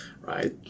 right